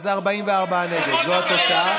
אז 44 נגד, זאת התוצאה.